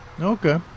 Okay